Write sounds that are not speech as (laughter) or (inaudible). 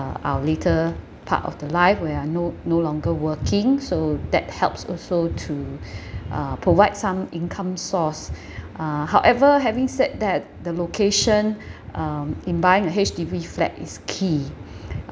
our later part of the life we are no no longer working so that helps also to (breath) uh provide some income source (breath) uh however having said that the location (breath) um in buying a H_D_B flat is key (breath)